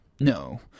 No